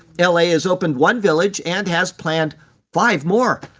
la has opened one village and has planned five more.